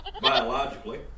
Biologically